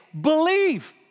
believe